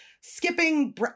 skipping